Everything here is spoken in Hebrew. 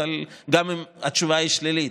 גם אם התשובה היא שלילית,